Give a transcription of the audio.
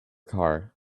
car